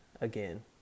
again